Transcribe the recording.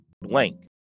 blank